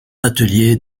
atelier